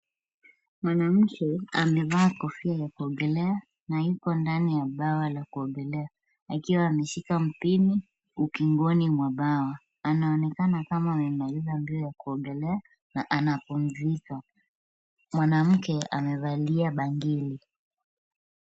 Mwanake amevaa kofia ya kuogelea na yuko ndani ya bwawa la kuogelea, akiwa ameshika mpini ukingoni mwa bwawa, anaonekana ni kama amemaliza mbio ya kuongelea na anampumzika. Mwanamke amevalia bangili.